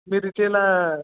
मिरजेला